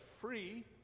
free